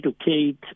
educate